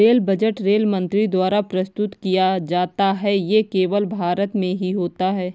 rail budget rail मंत्री द्वारा प्रस्तुत किया जाता है ये केवल भारत में ही होता है